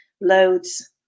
loads